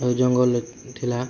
ଆଉ ଜଙ୍ଗଲ୍ ଥିଲା